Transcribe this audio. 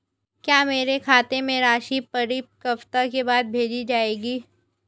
क्या मेरे खाते में राशि परिपक्वता के बाद भेजी जाएगी?